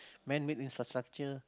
man made infrastructure